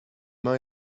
mains